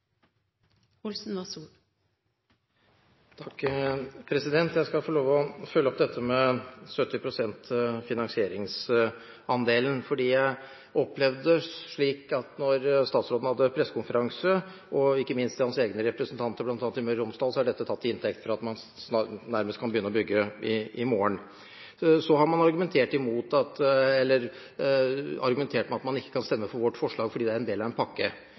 Jeg skal få lov til å følge opp 70 pst.-finansieringsandelen: Jeg opplevde det slik at da statsråden hadde pressekonferanse, ble dette – ikke minst hans egne representanter bl.a. i Møre og Romsdal – tatt til inntekt for at man nærmest kan begynne å bygge i morgen. Man har argumentert med at man ikke kan stemme for vårt forslag fordi det er en del av en pakke.